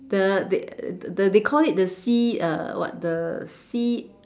the they the they call it the sea uh what the sea